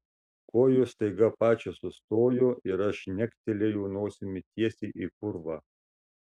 kojos staiga pačios sustojo ir aš žnektelėjau nosimi tiesiai į purvą